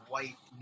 white